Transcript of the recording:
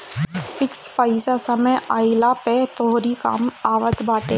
fix पईसा समय आईला पअ तोहरी कामे आवत बाटे